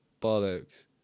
bollocks